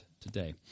today